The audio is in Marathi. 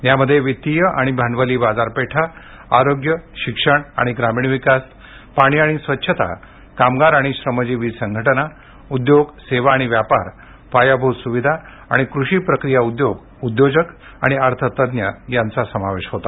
यामध्ये वित्तीय आणि भांडवली बाजारपेठा आरोग्य शिक्षण आणि ग्रामीण विकास पाणी आणि स्वच्छता कामगार आणि श्रमजीवी संघटना उद्योग सेवा आणि व्यापार पायाभूत सुविधा आणि कृषी प्रक्रिया उद्योग उद्योजक आणि अर्थतज्ञ यांचा समावेश होता